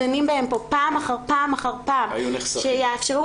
אחרייך יעל שרר.